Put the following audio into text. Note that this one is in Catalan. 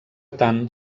tant